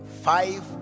five